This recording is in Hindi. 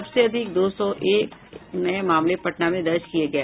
सबसे अधिक दो सौ एक नये मामले पटना में दर्ज किये गये